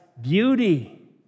Beauty